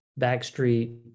Backstreet